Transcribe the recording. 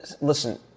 Listen